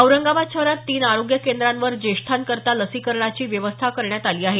औरंगाबाद शहरात तीन आरोग्य केंद्रार ज्येंष्ठांकरता लसीकरणाची व्यवस्था करण्यात आली आहे